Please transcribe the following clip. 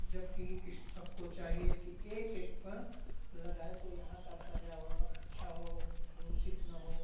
जबकि किसी सबको चाहिए कि एक एक पेड़ लगाए तो यहाँ का पर्यावरण अच्छा हो प्रदूषित ना हो